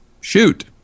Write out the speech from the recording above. Shoot